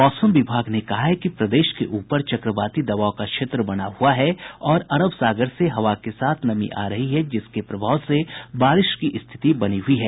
मौसम विभाग ने कहा है कि प्रदेश के ऊपर चक्रवाती दबाव का क्षेत्र बना हुआ है और अरब सागर से हवा के साथ नमी आ रही है जिसके प्रभाव से बारिश की स्थिति बनी हुई है